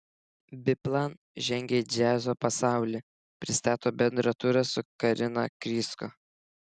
biplan žengia į džiazo pasaulį pristato bendrą turą su karina krysko